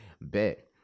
Bet